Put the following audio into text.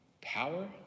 power